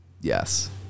yes